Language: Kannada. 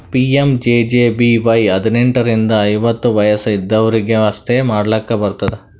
ಪಿ.ಎಮ್.ಜೆ.ಜೆ.ಬಿ.ವೈ ಹದ್ನೆಂಟ್ ರಿಂದ ಐವತ್ತ ವಯಸ್ ಇದ್ದವ್ರಿಗಿ ಅಷ್ಟೇ ಮಾಡ್ಲಾಕ್ ಬರ್ತುದ